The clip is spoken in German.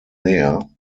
näher